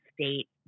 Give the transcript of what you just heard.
state